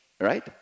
right